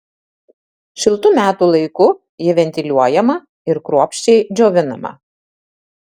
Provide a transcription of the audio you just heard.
šiltu metų laiku ji ventiliuojama ir kruopščiai džiovinama